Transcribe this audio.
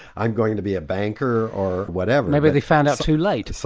i'm going to be a banker or whatever. maybe they found out too late! so